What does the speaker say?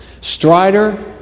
Strider